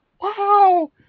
Wow